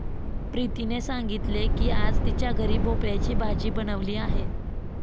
प्रीतीने सांगितले की आज तिच्या घरी भोपळ्याची भाजी बनवली आहे